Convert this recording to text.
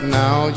now